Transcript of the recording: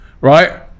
right